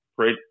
Great